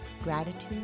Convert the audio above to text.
Gratitude